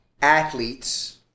athletes